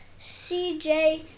CJ